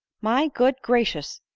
my good gracious!